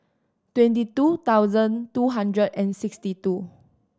twenty two thousand two hundred and sixty two